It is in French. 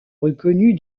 reconnue